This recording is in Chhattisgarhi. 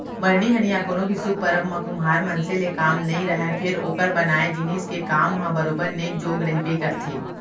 मरनी हरनी या कोनो भी सुभ परब म कुम्हार मनसे ले काम नइ रहय फेर ओकर बनाए जिनिस के काम ह बरोबर नेंग जोग रहिबे करथे